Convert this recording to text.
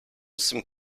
some